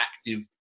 active